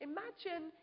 Imagine